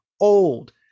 old